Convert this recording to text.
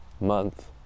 month